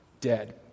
dead